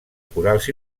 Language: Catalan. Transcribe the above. corals